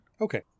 Okay